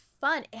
fun